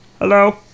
Hello